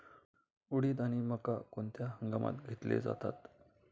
उडीद आणि मका कोणत्या हंगामात घेतले जातात?